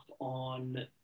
on